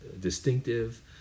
distinctive